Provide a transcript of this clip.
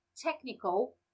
technical